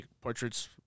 portraits